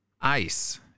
Ice